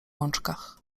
łączkach